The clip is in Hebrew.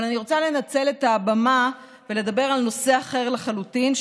אבל אני רוצה לנצל את הבמה ולדבר על נושא אחר לחלוטין,